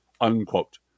unquote